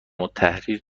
التحریر